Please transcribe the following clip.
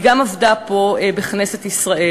והיא גם עבדה פה בכנסת ישראל.